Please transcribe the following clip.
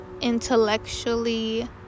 intellectually